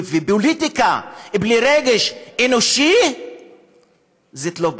פוליטיקה בלי רגש אנושי זאת לא פוליטיקה,